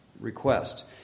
request